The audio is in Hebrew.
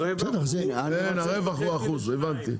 הרווח הוא אחוז, הבנתי.